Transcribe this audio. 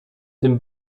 tym